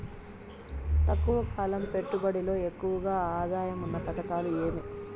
తక్కువ కాలం పెట్టుబడిలో ఎక్కువగా ఆదాయం ఉన్న పథకాలు ఏమి?